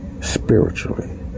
spiritually